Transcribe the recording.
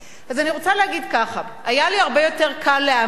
אז אני רוצה להגיד ככה: היה לי הרבה יותר קל להאמין